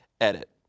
Edit